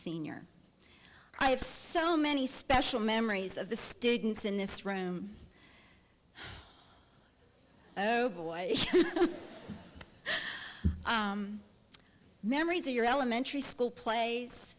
senior i have so many special memories of the students in this room oh boy memories of your elementary school plays